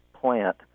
plant